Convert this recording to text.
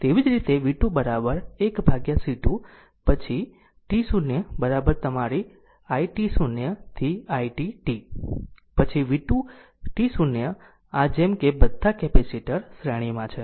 તેવી જ રીતે v2 1C2 પછી t 0 તમારી it0 to t it પછી v2 t0 આ જેમ કે બધા કેપેસિટર શ્રેણીમાં છે